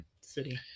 City